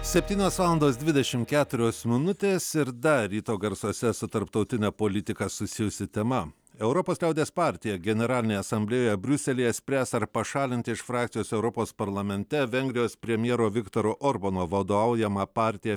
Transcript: septynios valandos dvidešimt keturios minutės ir dar ryto garsuose su tarptautine politika susijusi tema europos liaudies partija generalinėje asamblėjoje briuselyje spręs ar pašalinti iš frakcijos europos parlamente vengrijos premjero viktoro orbano vadovaujamą partiją